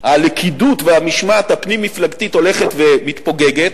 הלכידות והמשמעת הפנים-מפלגתית הולכות ומתפוגגות,